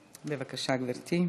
בבקשה, גברתי.